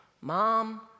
mom